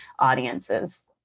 audiences